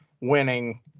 winning